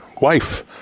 wife